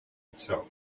itself